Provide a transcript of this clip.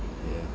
yeah